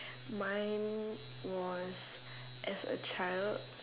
mine was as a child